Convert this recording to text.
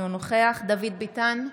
אינו נוכח דוד ביטן,